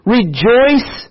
Rejoice